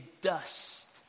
dust